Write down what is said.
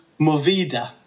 Movida